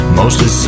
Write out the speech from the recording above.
mostly